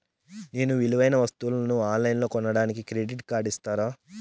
నేను విలువైన వస్తువులను ఆన్ లైన్లో కొనడానికి క్రెడిట్ కార్డు ఇస్తారా?